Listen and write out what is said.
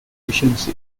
proficiency